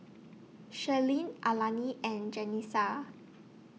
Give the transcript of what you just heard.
Cherilyn Alani and Janessa